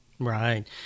Right